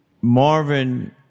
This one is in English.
Marvin